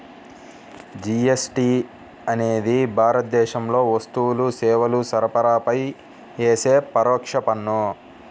GST అనేది భారతదేశంలో వస్తువులు, సేవల సరఫరాపై యేసే పరోక్ష పన్ను